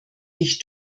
dich